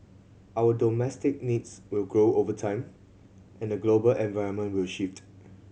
our domestic needs will grow over time and the global environment will shift